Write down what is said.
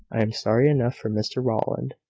i am sorry enough for mr rowland,